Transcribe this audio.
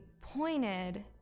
pointed